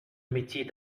métier